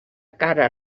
cara